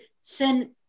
send